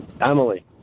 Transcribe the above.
Emily